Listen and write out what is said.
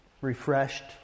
refreshed